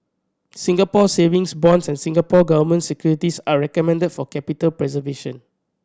Singapore Savings Bonds and Singapore Government Securities are recommended for capital preservation